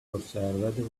observed